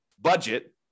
budget